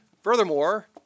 furthermore